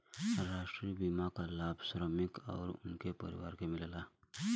राष्ट्रीय बीमा क लाभ श्रमिकन आउर उनके परिवार के मिलेला